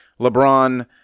LeBron